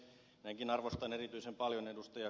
minäkin arvostan erityisen paljon ed